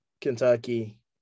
Kentucky